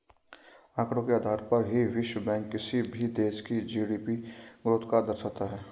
आंकड़ों के आधार पर ही विश्व बैंक किसी भी देश की जी.डी.पी ग्रोथ को दर्शाता है